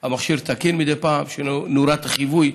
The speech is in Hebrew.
המכשיר תקין, נורת החיווי?